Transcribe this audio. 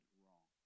wrong